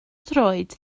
droed